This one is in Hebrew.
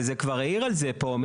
וזה כבר העיר על זה פה,